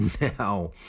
now